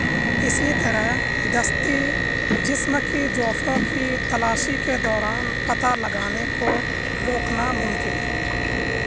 اسی طرح دستی جسم کی جوفوں کی تلاشی کے دوران پتہ لگانے کو روکنا ممکن ہے